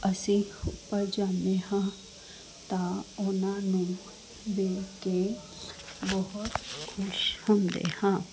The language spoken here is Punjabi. ਅਸੀਂ ਉੱਪਰ ਜਾਂਦੇ ਹਾਂ ਤਾਂ ਉਹਨਾਂ ਨੂੰ ਦੇਖ ਕੇ ਬਹੁਤ ਖੁਸ਼ ਹੁੰਦੇ ਹਾਂ